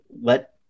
let